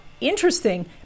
interesting